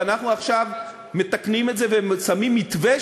ואנחנו עכשיו מתקנים את זה ושמים מתווה